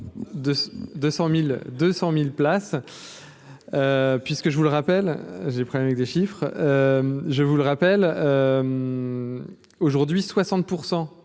200000 places. D'accord. Puisque je vous le rappelle, j'ai pris avec des chiffres, je vous le rappelle. Aujourd'hui 60